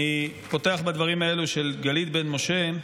אני פותח בדברים האלה של גלית בן משה,